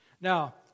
Now